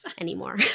anymore